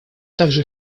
также